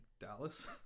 Dallas